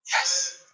Yes